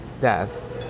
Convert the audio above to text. death